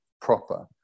proper